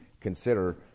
consider